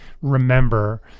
remember